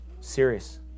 Serious